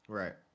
right